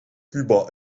cuba